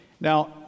Now